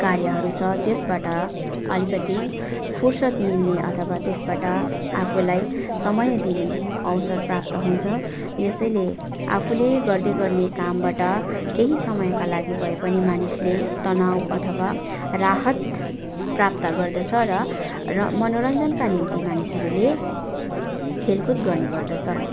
कार्यहरू छ त्यसबाट अलिकति फुर्सद मिल्ने अथवा त्यसबाट आफूलाई समय दिने अवसर प्राप्त हुन्छ यसैले आफूले गर्दै गर्ने कामबाट केही समयका लागि भए पनि मानिसले तनाव अथवा राहत प्राप्त गर्दछ र र मनोरञ्जनका निम्ति मानिसहरूले खेलकुद गर्ने गर्दछ